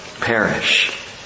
perish